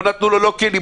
לא נתנו לו כלים,